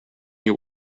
your